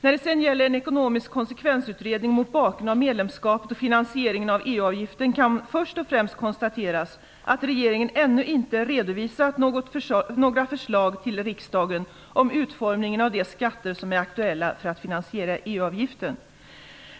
När det sedan gäller en ekonomisk konsekvensutredning mot bakgrund av medlemskapet och finansieringen av EU-avgiften kan först och främst konstateras att regeringen ännu inte redovisat några förslag till riksdagen om utformningen av de skatter som är aktuella för att finansiera EU-avgiften.